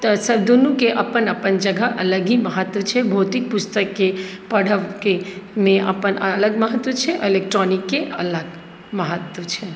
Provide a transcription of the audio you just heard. तऽ दुन्नूके अपन अपन जगह अलग ही महत्व छै भौतिक पुस्तकके पढ़बकेमे अपन अलग महत्व छै इलेक्ट्रॉनिकके अलग महत्व छै